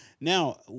Now